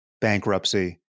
bankruptcy